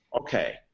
Okay